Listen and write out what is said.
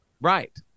Right